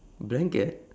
blanket